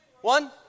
One